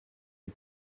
les